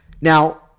Now